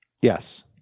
Yes